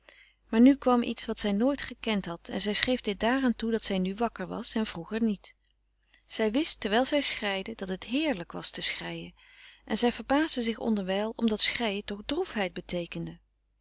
maar nu kwam iets wat zij nooit gekend had en zij schreef dit daaraan toe dat zij nu wakker was en vroeger niet zij wist terwijl zij schreide dat het heerlijk was te schreien en zij verbaasde zich onderwijl omdat schreien toch droefheid beteekende